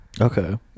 Okay